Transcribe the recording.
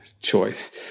choice